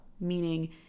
Meaning